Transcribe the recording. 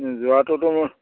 যোৱাটোতো